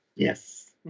Yes